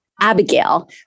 Abigail